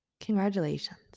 Congratulations